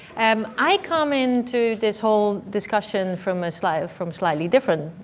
um i come into this whole discussion from slightly from slightly different